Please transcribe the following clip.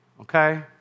okay